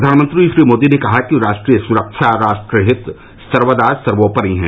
प्रधानमंत्री श्री मोदी ने कहा कि राष्ट्रीय सुरक्षा राष्ट्रहित सर्वदा सर्वोपरि है